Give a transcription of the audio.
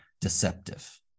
deceptive